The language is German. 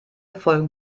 folgen